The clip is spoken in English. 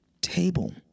table